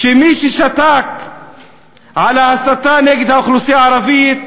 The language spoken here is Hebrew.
שמי ששתק על ההסתה נגד האוכלוסייה הערבית,